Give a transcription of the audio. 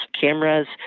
cameras